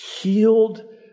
healed